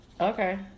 okay